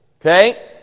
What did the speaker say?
okay